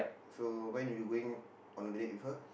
so when you going on a date with her